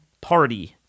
party